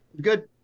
good